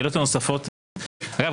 אגב,